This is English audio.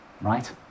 right